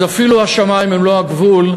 אז אפילו השמים הם לא הגבול,